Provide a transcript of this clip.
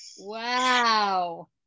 wow